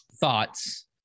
thoughts